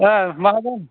मा बुं